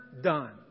done